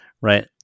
right